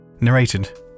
Narrated